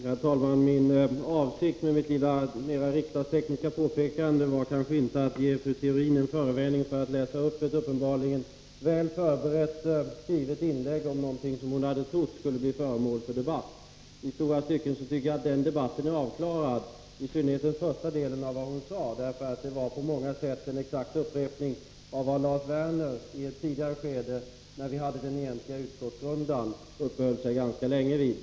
Herr talman! Avsikten med mitt lilla mera riksdagstekniska påpekande var kanske inte att ge fru Theorin en förevändning att läsa upp ett uppenbarligen väl förberett skrivet inlägg om någonting som hon hade trott skulle bli föremål för debatt. I stora stycken tycker jag att den debatten är avklarad —i synnerhet den första delen av vad hon sade, eftersom det på många sätt var en exakt upprepning av vad Lars Werner i ett tidigare skede — när vi hade den egentliga utskottsrundan — uppehöll sig ganska länge vid.